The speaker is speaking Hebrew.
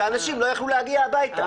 ואנשים לא הצליחו להגיע הביתה.